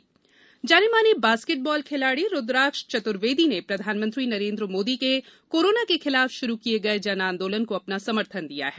जन आंदोलन जाने माने बास्केटबाल खिलाड़ी रुद्राक्ष चतुर्वेदी ने प्रधानमंत्री नरेंद्र मोदी के कोरोना के खिलाफ शुरू किए गए जन आंदोलन को अपना समर्थन दिया है